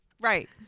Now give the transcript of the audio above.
Right